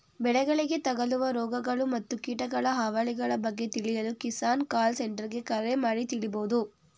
ಬೆಳೆಗಳಿಗೆ ತಗಲುವ ರೋಗಗಳು ಮತ್ತು ಕೀಟಗಳ ಹಾವಳಿಗಳ ಬಗ್ಗೆ ತಿಳಿಯಲು ಕಿಸಾನ್ ಕಾಲ್ ಸೆಂಟರ್ಗೆ ಕರೆ ಮಾಡಿ ತಿಳಿಬೋದು